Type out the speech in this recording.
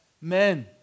men